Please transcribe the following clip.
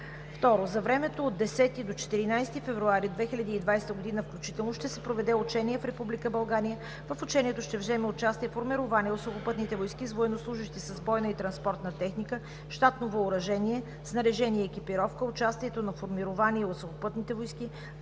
ІІ. За времето от 10 до 14 февруари 2020 г. включително ще се проведе учение в Република Гърция. В учението ще вземе участие формирование от Сухопътните войски с военнослужещи с бойна и транспортна техника, щатно въоръжение, снаряжение и екипировка. Участието на формирование от Сухопътните войски